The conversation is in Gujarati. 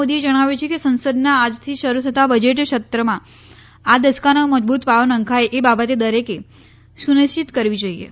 મોદીએ જણાવ્યું છે કે સંસદના આજથી શરૂ થતાં બજેટ સત્રમાં આ દસકાનો મજબુત પાયો નંખાય એ બાબતે દરેકે સુનિશ્ચિત કરવી જોઈએ